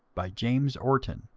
by james orton,